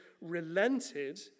relented